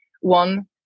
One